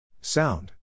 Sound